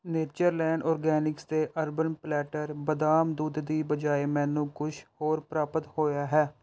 Natureland Organics ਦੇ Urban Platter ਬਦਾਮ ਦੁੱਧ ਦੀ ਬਜਾਏ ਮੈਨੂੰ ਕੁਛ ਹੋਰ ਪ੍ਰਾਪਤ ਹੋਇਆ ਹੈ